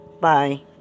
Bye